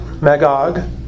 Magog